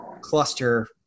cluster